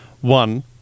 One